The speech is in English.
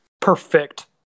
Perfect